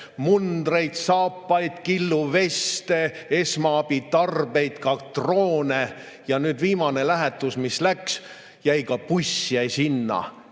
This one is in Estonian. mundreid, saapaid, killuveste, esmaabitarbeid, ka droone. Ja nüüd viimane lähetus, mis läks, ka buss jäi sinna.